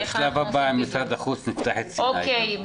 אוקיי,